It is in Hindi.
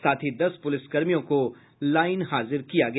साथ ही दस पुलिसकर्मियों को लाईन हाजिर कर दिया